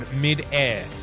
mid-air